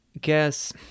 guess